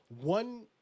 one